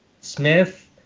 smith